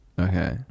Okay